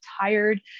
tired